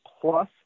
plus